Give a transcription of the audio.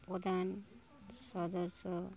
প্রধান সদস্য